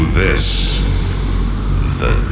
this—the